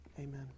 Amen